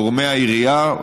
גורמי העירייה,